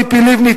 ציפי לבני,